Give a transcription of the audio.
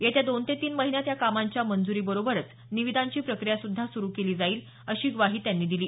येत्या दोन ते तीन महिन्यात या कामांच्या मंजुरीबरोबरचं निविदांची प्रक्रियासुध्दा सुरू केली जाईल अशी ग्वाही त्यांनी दिली